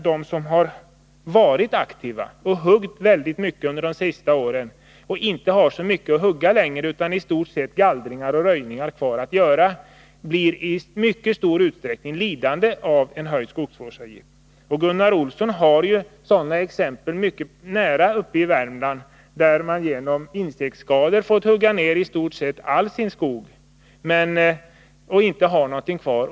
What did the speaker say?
De som har varit aktiva och huggit väldigt mycket under de senaste åren och därför inte har så mycket att hugga längre utan i stort sett bara har gallringar och röjningar kvar att göra blir i mycket stor utsträckning lidande av en höjning av skogsvårdsavgiften. Gunnar Olsson har sådana exempel på mycket nära håll uppe i Värmland, där man på grund av insektsskador fått hugga ner i stort sett hela sin skog och inte har någonting kvar.